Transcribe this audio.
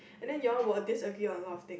and then you all will disagree a lot of things